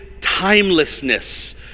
timelessness